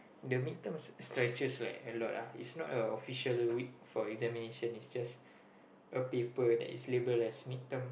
the mid terms stretches like a lot lah is not a official week for examination is just a paper that is label mid term